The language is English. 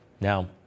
Now